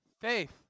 faith